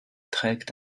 trägt